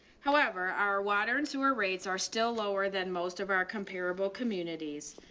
however, our water and sewer rates are still lower than most of our comparable communities.